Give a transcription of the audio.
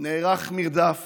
נערך מרדף